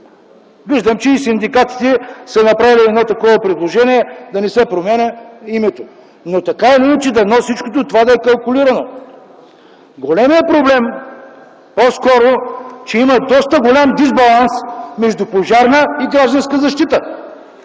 Виждам, че и синдикатите са направили предложение да не се променя името. Дано всичко това да е калкулирано. Големият проблем по-скоро е, че има доста голям дисбаланс между Пожарна и „Гражданска защита”.